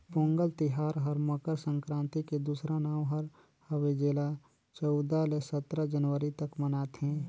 पोगंल तिहार हर मकर संकरांति के दूसरा नांव हर हवे जेला चउदा ले सतरा जनवरी तक मनाथें